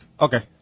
Okay